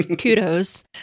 kudos